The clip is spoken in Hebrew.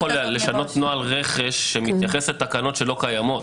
אני לא יכול לשנות נוהל רכש שמתייחס לתקנות שלא קיימות.